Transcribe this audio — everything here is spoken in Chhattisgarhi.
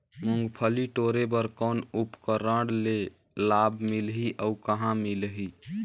मुंगफली टोरे बर कौन उपकरण ले लाभ मिलही अउ कहाँ मिलही?